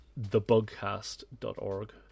thebugcast.org